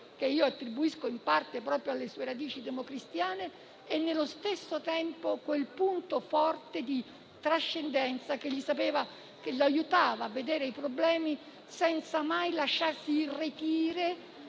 che io attribuisco in parte proprio alle sue radici democristiane, e nello stesso tempo un punto forte di trascendenza che lo aiutava a vedere i problemi senza mai lasciarsi irretire